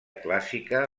clàssica